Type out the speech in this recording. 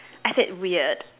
I said weird